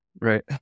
Right